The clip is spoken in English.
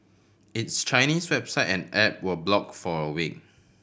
its Chinese website and app were block for a week